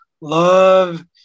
love